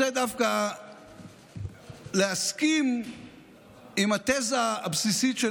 אבל אני רוצה דווקא להסכים עם התזה הבסיסית של